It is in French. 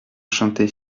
chanter